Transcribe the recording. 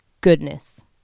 goodness